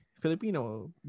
Filipino